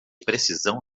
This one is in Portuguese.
precisão